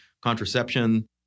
contraception